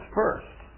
first